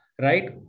right